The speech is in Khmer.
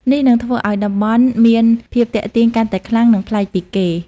នេះនឹងធ្វើឲ្យតំបន់មានភាពទាក់ទាញកាន់តែខ្លាំង និងប្លែកពីគេ។